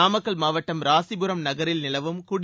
நாமக்கல் மாவட்டம் ராசிபுரம் நகரில் நிலவும் குடி